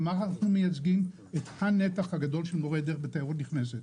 כלומר אנחנו מייצגים את הנתח הגדול של מורי דרך בתיירות נכנסת.